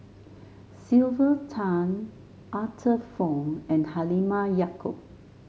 Sylvia Tan Arthur Fong and Halimah Yacob